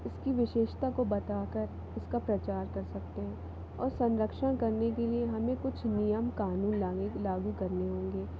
उसकी विशेषता को बताकर उसका प्रचार कर सकते हैं और संरक्षण करने के लिए हमें कुछ नियम कानून लाने लागू करने होंगे